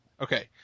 Okay